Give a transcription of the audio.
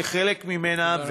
כחלק ממנה,